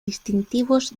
distintivos